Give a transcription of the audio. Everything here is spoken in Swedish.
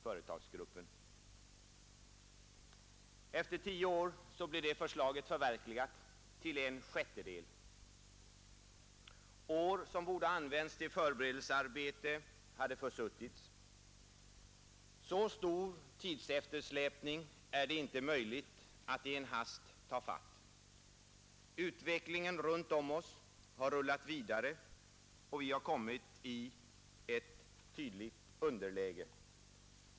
Först efter tio år blev det förslaget förverkligat — till en sjättedel. År som borde ha använts till förberedelsearbete har försuttits. Så stor tidseftersläpning är det inte möjligt att i en hast ta igen. Utvecklingen runt omkring oss har rullat vidare, och vi har kommit i ett tydligt underläge.